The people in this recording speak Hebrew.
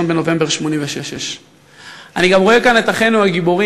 בנובמבר 1986. אני גם רואה כאן את אחינו הגיבורים,